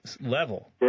level